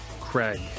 Craig